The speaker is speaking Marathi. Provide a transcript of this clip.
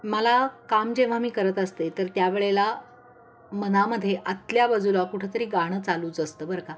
मला काम जेव्हा मी करत असते तर त्यावेळेला मनामध्ये आतल्या बाजूला कुठंतरी गाणं चालूच असतं बर का